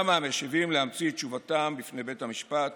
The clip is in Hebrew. מהמשיבים להמציא את תשובתם לבית המשפט